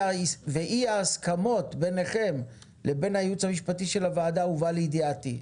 ומבלי שאי ההסכמות ביניכם לבין הייעוץ המשפטי של הוועדה הובא לידיעתי.